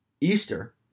Easter